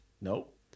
Nope